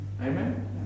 Amen